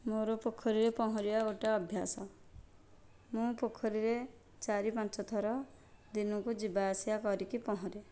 ମୋର ପୋଖରୀରେ ପହଁରିବା ଗୋ ଅଭ୍ୟାସ ମୁଁ ପୋଖରୀରେ ଚାରି ପାଞ୍ଚ ଥର ଦିନକୁ ଯିବାଆସିବା କରିକି ପହଁରେ